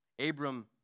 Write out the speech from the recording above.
Abram